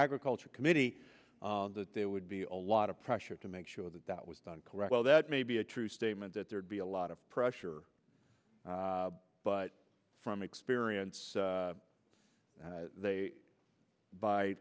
agriculture committee that there would be a lot of pressure to make sure that that was done correctly that may be a true statement that there'd be a lot of pressure but from experience by law they